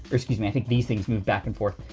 or excuse me i think these things move back and forth,